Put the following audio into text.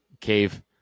cave